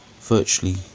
virtually